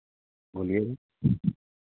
बोलिए जी